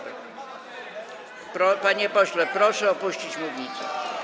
Panie pośle, proszę opuścić mównicę.